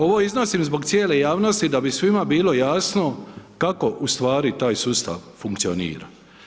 Ovo iznosim zbog cijele javnosti da bi svima bilo jasno kako ustvari taj sustav funkcionira.